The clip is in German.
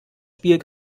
spiel